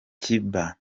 kiba